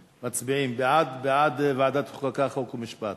בעד, בעד ועדת חוקה, חוק ומשפט.